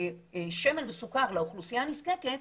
שמן וסוכר לאוכלוסייה הנזקקת,